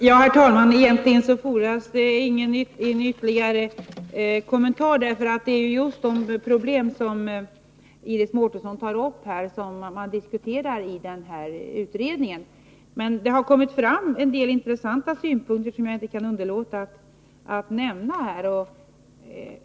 Herr talman! Egentligen fordras det ingen ytterligare kommentar, eftersom det är just de problem som Iris Mårtensson tar upp som man diskuterar i utredningen. Men det har kommit fram en del intressanta synpunkter som jag inte kan underlåta att nämna.